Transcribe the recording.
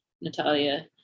Natalia